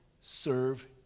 Serve